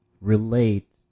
relate